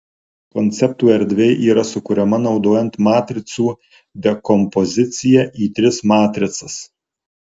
konceptų erdvė yra sukuriama naudojant matricų dekompoziciją į tris matricas